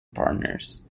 partners